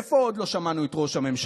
איפה עוד לא שמענו את ראש הממשלה?